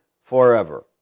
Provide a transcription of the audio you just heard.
forever